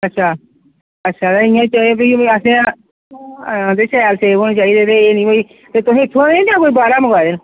अच्छा अच्छा इ'यां चाहिदे पेई असें शैल सेब होने चाहिदे एह् नीं पेई तुसं इत्थु'आं लेदे न जां बाह्रा मंगोआए न